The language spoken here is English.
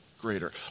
greater